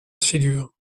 figure